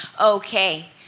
okay